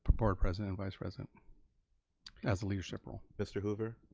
board president, vice president as a leadership role. mr. hoover.